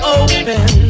open